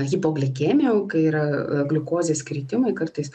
hipoglikemija jau kai yra gliukozės kritimai kartais